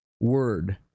Word